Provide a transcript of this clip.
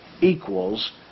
equals